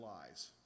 lies